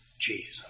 Jesus